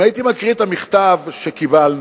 אם הייתי מקריא את המכתב שקיבלנו